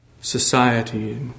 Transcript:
Society